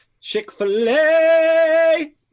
Chick-fil-A